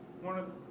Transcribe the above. one